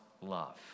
love